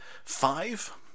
Five